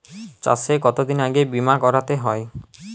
চাষে কতদিন আগে বিমা করাতে হয়?